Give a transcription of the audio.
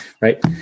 Right